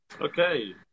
Okay